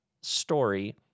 story